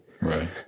right